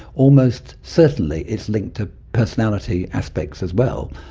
almost certainly it's linked to personality aspects as well.